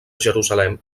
jerusalem